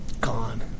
gone